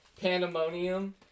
Pandemonium